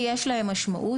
כי יש להם משמעות,